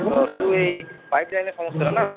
ও শুধু এই পাইপ লাইনের সমস্যাটা না